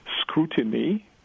scrutiny